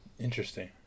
interesting